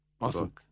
Awesome